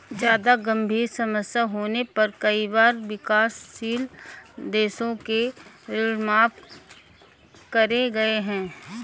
जादा गंभीर समस्या होने पर कई बार विकासशील देशों के ऋण माफ करे गए हैं